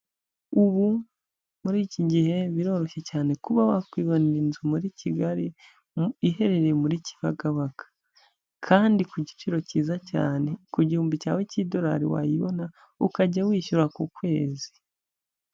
Ubu muri iki gihe biroroshye cyane kuba wakwibonera inzu muri Kigali, iherereye muri Kigabaga kandi ku giciro cyiza cyane, ku gihumbi cyawe cy'Idolari wayibona ukajya wishyura ku kwezi.